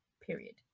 Period